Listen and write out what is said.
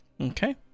okay